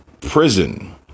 prison